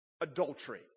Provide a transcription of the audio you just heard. adultery